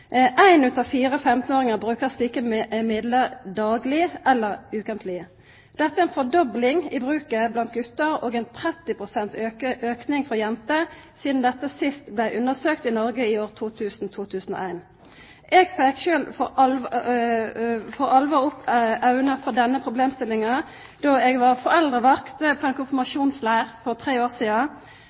av fire 15-åringar bruker slike middel dagleg eller kvar veke. Dette er ei fordobling i bruken blant gutar og ein 30 pst. auke for jenter sidan dette sist blei undersøkt i Noreg, i 2000–2001. Eg fekk sjølv for alvor opp augo for denne problemstillinga då eg var foreldrevakt på ein konfirmasjonsleir for tre år sidan.